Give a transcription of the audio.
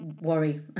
worry